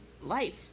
life